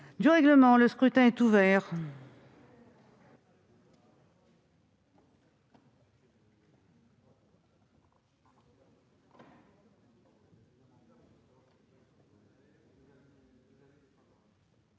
du règlement. Le scrutin est ouvert.